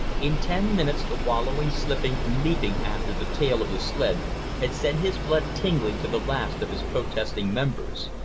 in ten minutes, the wallowing, slipping, and leaping after the tail of the sled had sent his blood tingling to the last of his protesting members.